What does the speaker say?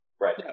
right